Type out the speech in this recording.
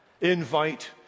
invite